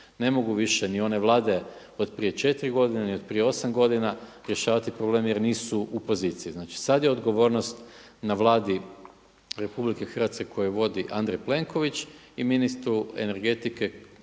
Ne mogu više ni one Vlade od prije 4 godine ni od prije 8 godina rješavati problem jer nisu u poziciji. Znači sada je odgovornost na Vladi RH koju vodi Andrej Plenković i ministru energetike